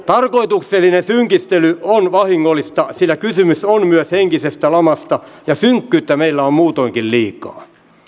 tarkoituksellinen synkistely on vahingollista sillä kysymys on myös henkisestä lamasta ja synkkyyttä meillä on muutoinkin liikaa